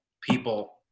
people